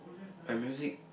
my music